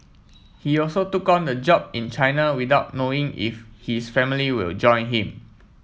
he also took on the job in China without knowing if his family will join him